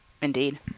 Indeed